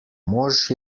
mož